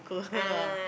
ah